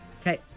Okay